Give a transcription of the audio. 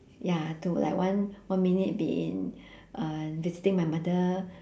ya to like one one minute be in uh visiting my mother